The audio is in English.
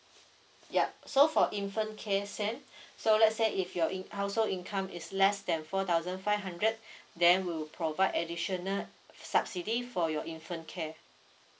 yup so for infant care same so let's say if your in~ household income is less than four thousand five hundred then we'll provide additional subsidy for your infant care